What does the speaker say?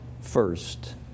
first